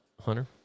Hunter